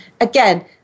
again